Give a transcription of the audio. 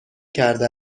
کرده